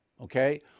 okay